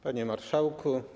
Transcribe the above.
Panie Marszałku!